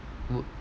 would